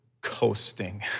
coasting